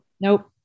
Nope